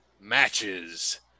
matches